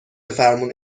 فرمون